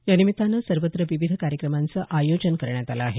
या निमित्तानं सर्वत्र विविध कार्यक्रमांचं आयोजन करण्यात आलं आहे